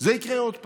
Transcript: זה יקרה עוד פעם.